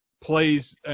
plays